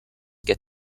get